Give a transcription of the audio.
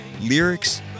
lyrics